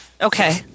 Okay